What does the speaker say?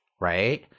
Right